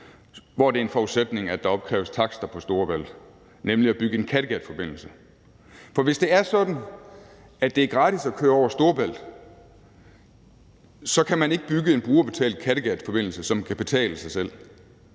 hvor det er en forudsætning, at der opkræves takster på Storebælt, nemlig at bygge en Kattegatforbindelse. For hvis det er sådan, at det er gratis at køre over Storebælt, så kan man ikke bygge en brugerbetalt Kattegatforbindelse, som kan betale sig selv,